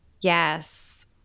Yes